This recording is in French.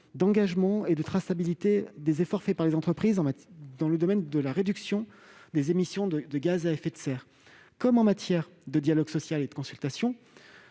l'engagement et la traçabilité des efforts des entreprises dans le domaine de la réduction des émissions de gaz à effet de serre, ainsi que pour le dialogue social et la consultation,